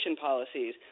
policies